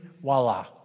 voila